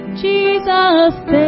Jesus